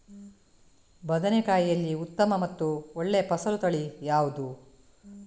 ಬದನೆಕಾಯಿಯಲ್ಲಿ ಉತ್ತಮ ಮತ್ತು ಒಳ್ಳೆಯ ಫಸಲು ತಳಿ ಯಾವ್ದು?